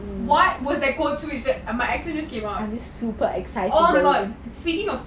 what was that code switching my accent to just give up oh my god speaking of